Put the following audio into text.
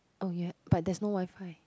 oh ya but there's no WiFi